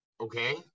okay